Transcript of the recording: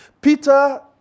Peter